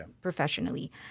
professionally